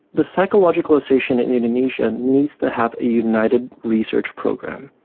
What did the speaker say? the psychological association in indonesia needs to have a united research program.